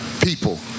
people